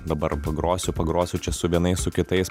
dabar pagrosiu pagrosiu čia su vienais su kitais